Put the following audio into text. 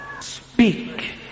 speak